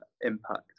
impact